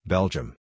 Belgium